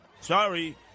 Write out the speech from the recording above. Sorry